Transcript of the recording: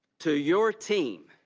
to your team,